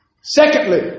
Secondly